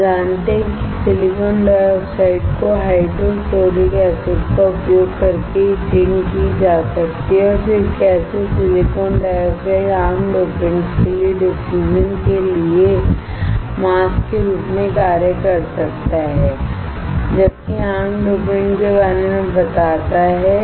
हम जानते हैं कि सिलिकॉन डाइऑक्साइड की हाइड्रोफ्लोरोइक एसिड का उपयोग करके इचिंग की जा सकती है और फिर कैसे सिलिकॉन डाइऑक्साइड आम डोपेंट्स के लिए डिफ्यूजन के लिए मास्क के रूप में कार्य कर सकता है जबकि आम डोपेंट के बारे में बताता है